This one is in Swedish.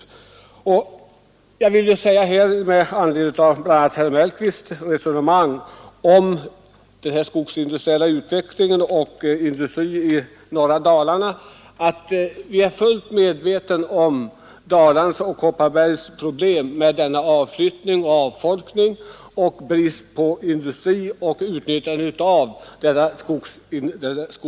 Med anledning av bl.a. herr Mellqvists resonemang om den skogsindustriella utvecklingen i norra Dalarna vill jag säga att vi är fullt medvetna om Dalarnas och Kopparbergs läns problem med avfolkning och avflyttning, med bristen på industri och med bristande utnyttjande av skogen.